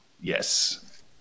Yes